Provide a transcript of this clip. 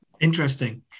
Interesting